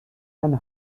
and